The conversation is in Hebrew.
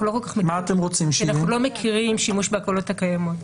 כי אנחנו לא מכירים שימוש בהקלות הקיימות.